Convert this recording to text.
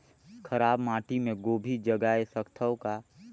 खराब माटी मे गोभी जगाय सकथव का?